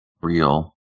real